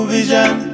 Vision